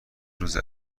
روز